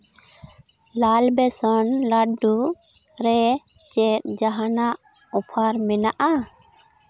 ᱞᱟᱞ ᱵᱮᱥᱚᱱ ᱞᱟᱰᱰᱩ ᱨᱮ ᱪᱮᱫ ᱡᱟᱦᱟᱱᱟᱜ ᱚᱯᱷᱟᱨ ᱢᱮᱱᱟᱜᱼᱟ